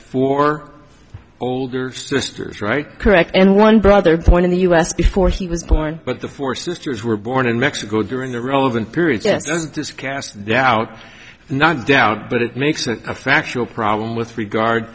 four older sisters right correct and one brother point in the us before she was born but the four sisters were born in mexico during the relevant period this casts doubt not doubt but it makes a factual problem with regard